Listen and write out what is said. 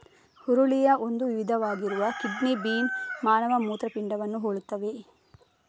ಹುರುಳಿಯ ಒಂದು ವಿಧವಾಗಿರುವ kidney bean ಮಾನವ ಮೂತ್ರಪಿಂಡವನ್ನು ಹೋಲುತ್ತದೆ